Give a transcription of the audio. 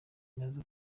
nazo